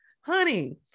Honey